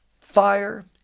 fire